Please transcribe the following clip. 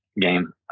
game